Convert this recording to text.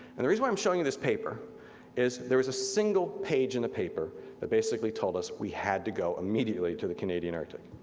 and the reason why i'm showing you this paper is there's a single page in the paper that basically told us we had to go immediately to the canadian arctic.